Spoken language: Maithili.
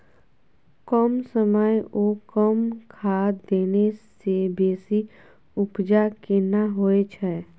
कम समय ओ कम खाद देने से बेसी उपजा केना होय छै?